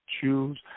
choose